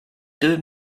deux